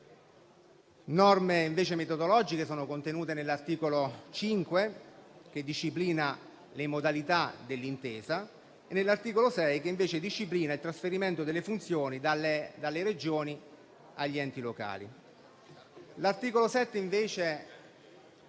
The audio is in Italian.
Norme metodologiche sono contenute nell'articolo 5, che disciplina le modalità dell'intesa, e nell'articolo 6, che invece disciplina il trasferimento delle funzioni dalle Regioni agli enti locali. L'articolo 7 invece